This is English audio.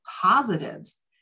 positives